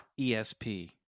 ESP